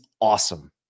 awesome